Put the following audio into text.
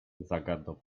zagadnął